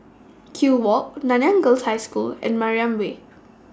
Kew Walk Nanyang Girls' High School and Mariam Way